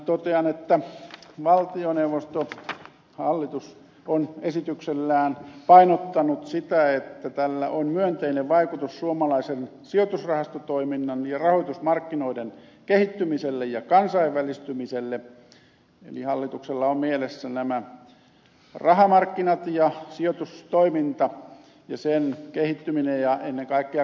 totean että valtioneuvosto hallitus on esityksellään painottanut sitä että tällä on myönteinen vaikutus suomalaisen sijoitusrahastotoiminnan ja rahoitusmarkkinoiden kehittymiselle ja kansainvälistymiselle eli hallituksella on mielessä nämä rahamarkkinat ja sijoitustoiminta ja sen kehittyminen ja ennen kaikkea kansainvälistyminen